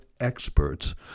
experts